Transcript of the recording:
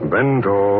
Bento